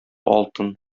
алтын